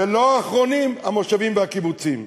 ולא האחרונים, המושבים והקיבוצים.